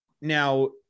Now